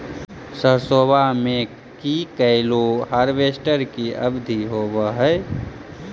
सरसोबा मे की कैलो हारबेसटर की अधिक होब है?